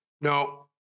no